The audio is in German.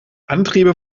antriebe